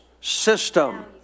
system